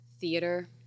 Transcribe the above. theater